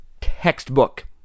textbook